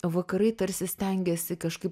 vakarai tarsi stengiasi kažkaip